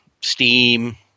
Steam